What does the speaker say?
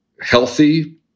healthy